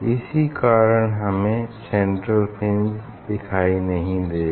इसी कारण हमें सेंट्रल फ्रिंज नहीं दिखाई देगा